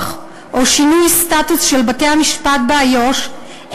או שינוי סטטוס של בתי-המשפט באיו"ש,